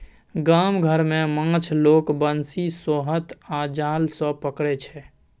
गाम घर मे माछ लोक बंशी, सोहथ आ जाल सँ पकरै छै